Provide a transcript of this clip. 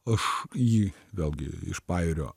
aš jį vėlgi iš pajūrio